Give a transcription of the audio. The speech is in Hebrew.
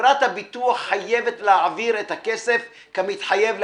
חברת הביטוח חייבת להעביר את הכסף כמתחייב,